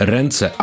Ręce